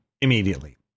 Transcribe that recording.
immediately